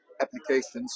applications